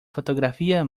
fotografía